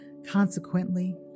Consequently